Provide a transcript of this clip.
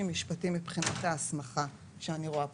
משפטי מבחינת ההסמכה שאני רואה פה,